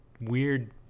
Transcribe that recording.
weird